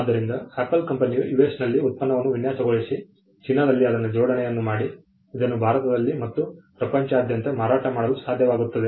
ಆದ್ದರಿಂದ ಆಪಲ್ ಕಂಪನಿಯು ಯುಎಸ್ನಲ್ಲಿ ಉತ್ಪನ್ನವನ್ನು ವಿನ್ಯಾಸಗೊಳಿಸಿ ಚೀನಾದಲ್ಲಿ ಅದನ್ನು ಜೋಡಣೆಯನ್ನು ಮಾಡಿ ಇದನ್ನು ಭಾರತದಲ್ಲಿ ಮತ್ತು ಪ್ರಪಂಚದಾದ್ಯಂತ ಮಾರಾಟ ಮಾಡಲು ಸಾಧ್ಯವಾಗುತ್ತದೆ